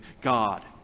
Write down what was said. God